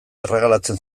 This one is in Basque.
erregalatzen